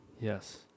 yes